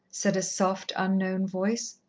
said a soft, unknown voice.